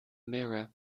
mirror